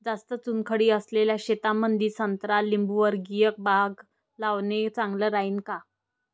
जास्त चुनखडी असलेल्या शेतामंदी संत्रा लिंबूवर्गीय बाग लावणे चांगलं राहिन का?